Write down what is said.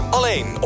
Alleen